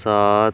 ਸੱਤ